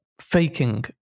faking